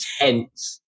intense